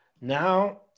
now